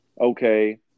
okay